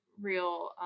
real